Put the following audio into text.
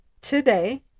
today